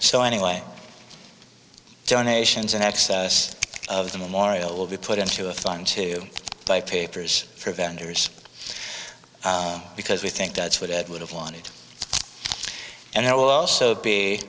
so anyway donations in excess of the memorial will be put into a fund to buy papers for vendors because we think that's what it would have wanted and it will also be